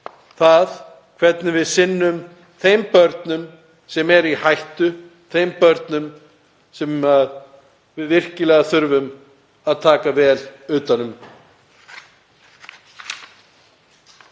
það hvernig við sinnum þeim börnum sem eru í hættu, þeim börnum sem við virkilega þurfum að taka vel utan um.